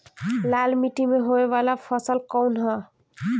लाल मीट्टी में होए वाला फसल कउन ह?